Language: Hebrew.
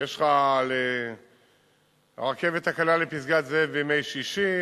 יש לך הרכבת הקלה לפסגת-זאב בימי שישי,